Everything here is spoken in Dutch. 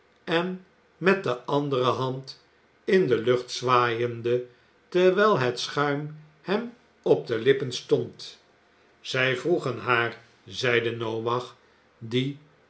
en met de andere hand in de lucht zwaaiende terwijl het schuim jiern op de lippen stond zij vroegen haar zeide noach die